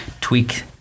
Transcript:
tweak